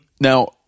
Now